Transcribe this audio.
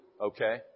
Okay